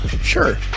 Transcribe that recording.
Sure